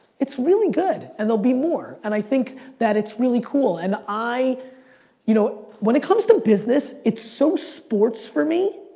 it's really good and there'll be more and i think that it's really cool. and you know when it comes to business, it's so sports for me,